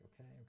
okay